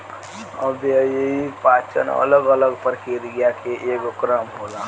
अव्ययीय पाचन अलग अलग प्रक्रिया के एगो क्रम होला